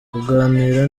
kuganira